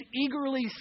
eagerly